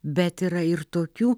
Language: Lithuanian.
bet yra ir tokių